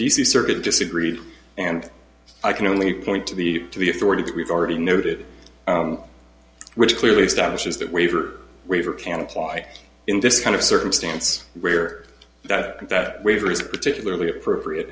c circuit disagreed and i can only point to the to the authority that we've already noted which clearly establishes that waiver waiver can apply in this kind of circumstance where that that waiver is particularly appropriate